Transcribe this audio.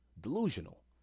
delusional